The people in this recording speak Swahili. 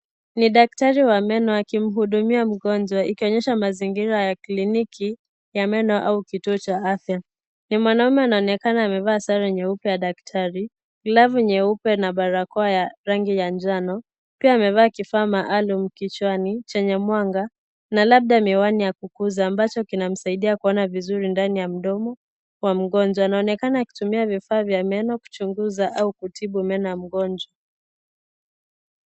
Ni daktari wa meno akimhudumia mgonjwa, ikionyesha mazingira ya kliniki ya meno au kituo cha afya ni mwanaume anaonekana amevaa sare nyeupe ya daktari glavu nyeupe na barakoa ya rangi ya njano pia amevaa kifaa maalum kichwani chenye mwanga na labda miwani ya kukuza ambacho kinamsaidia kuona vizuri ndani ya mdomo wa mgonjwa anaonekana akitumia vifaa vya meno kuchunguza au kutibu meno ya mgonjwa.